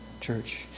church